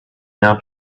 now